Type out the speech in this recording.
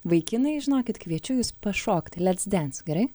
vaikinai žinokit kviečiu jus pašokti lec dens gerai